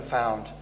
found